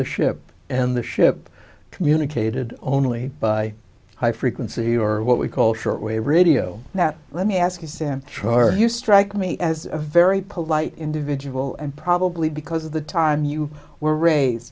the ship and the ship communicated only by high frequency or what we call short wave radio that let me ask you sam charge you strike me as a very polite individual and probably because of the time you were raised